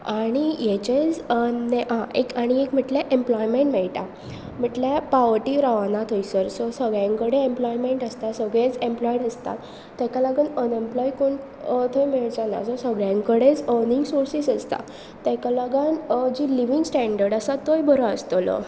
आणी हेचेंच एक आणी एक म्हटल्यार एम्प्लॉयमेंट मेळटा म्हटल्यार पावर्टी रावना थंयसर सो सगळ्यांकडेन एम्प्लोयमेंट आसता सगळेंच एम्पलोयड आसता ताका लागून अनएम्प्लोय कोण थंय मेळचोनाा सो सगळ्यांकडेच अर्निंग सोर्सीस आसता ताका लागून जी लिवींग स्टेंडर्ड आसा तोय बरो आसतलो